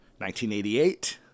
1988